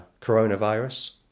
...coronavirus